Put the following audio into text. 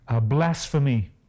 blasphemy